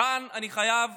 כאן אני חייב